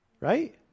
Right